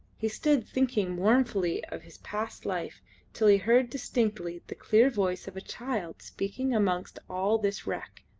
he stood thinking mournfully of his past life till he heard distinctly the clear voice of a child speaking amongst all this wreck,